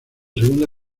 segunda